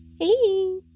Hey